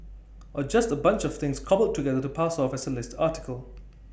or just A bunch of things cobbled together to pass off as A list article